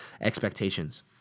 expectations